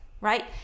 right